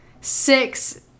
six